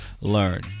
Learn